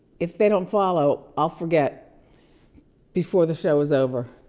if they don't follow, i'll forget before the show is over.